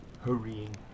hurrying